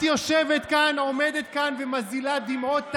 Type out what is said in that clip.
את יושבת כאן, עומדת כאן ומזילה דמעות תנין,